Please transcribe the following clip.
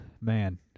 Man